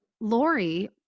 Lori